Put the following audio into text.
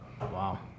Wow